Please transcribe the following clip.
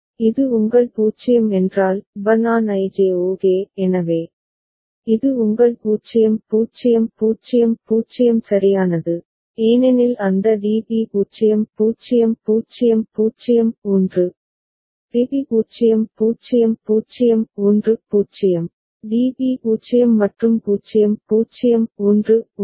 இது உங்கள் 0 என்றால் Bn An I J ok எனவே இது உங்கள் 0 0 0 0 சரியானது ஏனெனில் அந்த DB 0 0 0 0 1 டிபி 0 0 0 1 0 DB 0 மற்றும் 0 0 1 1 DB 1 ok